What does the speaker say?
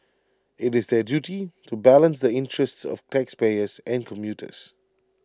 IT is their duty to balance the interests of taxpayers and commuters